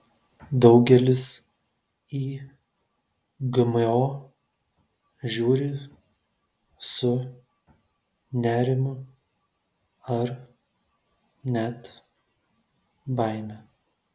daugelis į gmo žiūri su nerimu ar net baime